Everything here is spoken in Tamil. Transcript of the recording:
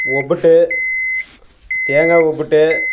ஒப்புட்டு தேங்கா ஒப்புட்டு